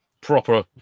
proper